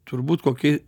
turbūt kokie